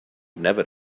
never